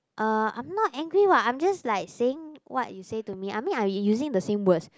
uh I'm not angry [what] I'm just like saying what you say to me I mean I'm reusing the same words